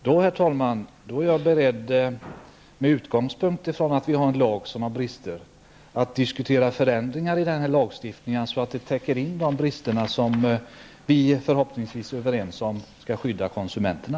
Herr talman! Med utgångspunkt i Siw Perssons uttalande att lagförslaget har brister är jag beredd att diskutera förändringar i det som avhjälper de bristerna. Förhoppningsvis är vi överens om att lagen skall skydda konsumenterna.